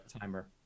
timer